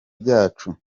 byacu